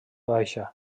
baixa